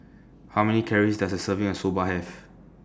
How Many Calories Does A Serving of Soba Have